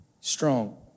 strong